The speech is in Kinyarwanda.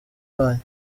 banyu